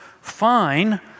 fine